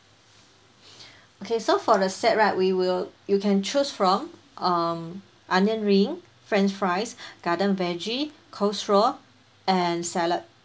okay so for the set right we will you can choose from um onion ring french fries garden veggie coleslaw and salad